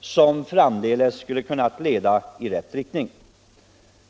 som i framtiden kan leda i rätt riktning.